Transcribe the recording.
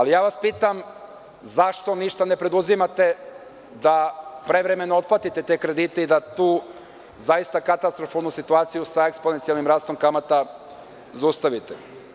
Pitam vas, zašto ništa ne preduzimate da prevremeno otplatite kredite i da tu zaista katastrofalnu situaciju sa eksponencijalnim rastom kamata zaustavite?